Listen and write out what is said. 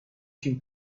شیم